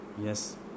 yes